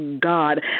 God